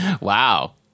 Wow